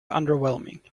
underwhelming